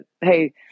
hey